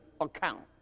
account